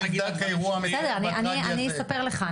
אני אספר לך,